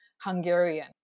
Hungarian